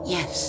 Yes